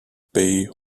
bay